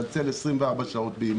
חש לחץ בגלל השירות תצלצל 24 שעות ביממה.